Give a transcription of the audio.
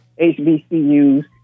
HBCUs